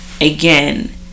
again